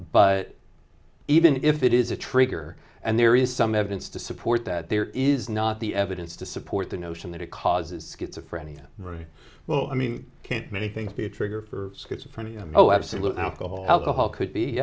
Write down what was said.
but even if it is a trigger and there is some evidence to support that there is not the evidence to support the notion that it causes schizophrenia very well i mean can't many things be a trigger for schizophrenia oh absolutely not the whole alcohol could be